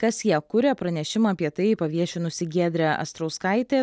kas ją kuria pranešimą apie tai paviešinusi giedrė astrauskaitė